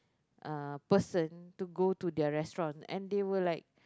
uh person to go to their restaurant and they were like